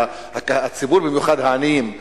במיוחד העניים.